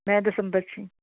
ਮੈਂ ਦਸੰਬਰ 'ਚ